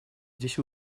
здесь